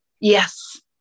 Yes